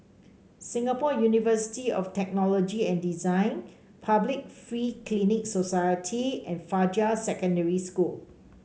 Singapore University of Technology and Design Public Free Clinic Society and Fajar Secondary School